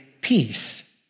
peace